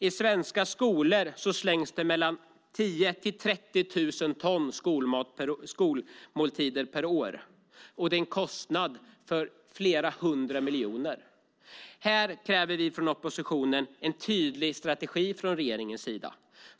I svenska skolor slängs mellan 10 000 och 30 000 ton skolmat per år till en kostnad av flera hundra miljoner. Här kräver vi från oppositionen en tydlig strategi från regeringens sida.